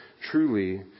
Truly